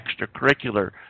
extracurricular